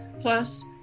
plus